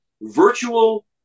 virtual